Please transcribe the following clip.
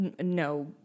no